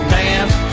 dance